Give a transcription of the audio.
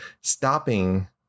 stopping